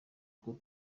uko